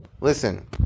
Listen